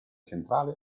centrale